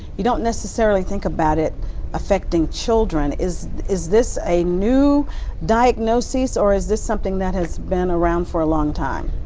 we don't necessarily think about it affecting children. is is this a new diagnosis or is this something that has been around for a long time?